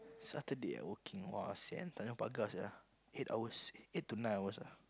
Saturday ah working !wah! sian Tanjong Pagar sia eight hours eight to nine hours ah